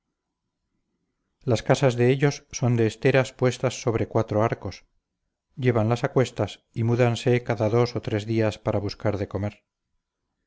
las casas de ellos son de esteras puestas sobre cuatro arcos llévanlas a cuestas y múdanse cada dos o tres días para buscar de comer